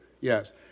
Yes